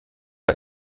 war